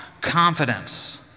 confidence